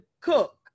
cook